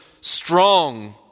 strong